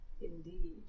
Indeed